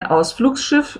ausflugsschiff